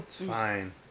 fine